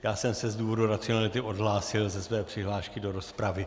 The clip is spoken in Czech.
Já jsem se z důvodu racionality odhlásil ze své přihlášky do rozpravy.